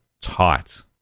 tight